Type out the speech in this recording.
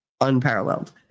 unparalleled